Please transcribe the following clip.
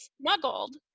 smuggled